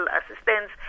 assistance